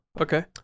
Okay